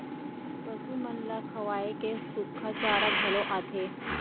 पसु मन ल खवाए के सुक्खा चारा घलौ आथे